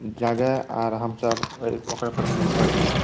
जागै आओर हमसभ ओहि ओकर प्रति पढ़ी